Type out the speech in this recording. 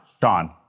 Sean